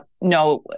no